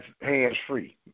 hands-free